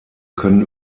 können